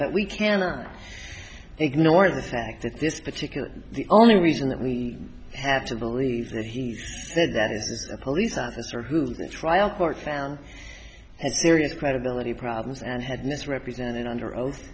that we can or ignore the fact that this particular the only reason that we have to believe that he said that is the police officer who the trial court found has serious credibility problems and had misrepresented under oath